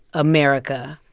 america